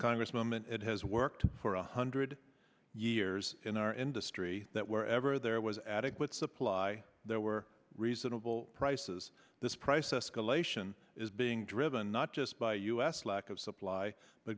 congress moment it has worked for a hundred years in our industry that wherever there was adequate supply there were reasonable prices this prices collation is being driven not just by us lack of supply the